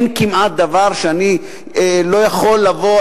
אין כמעט דבר שאני לא יכול לבוא,